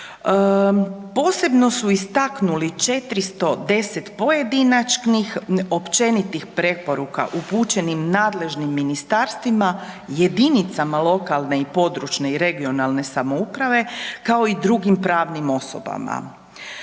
Posebno su istaknuli 410 pojedinačnih općenitih preporuka upućenih nadležnim ministarstvima, jedinicama lokalne i područne (regionalne) samouprave kao i drugim pravnim osobama.